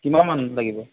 কিমানমান লাগিব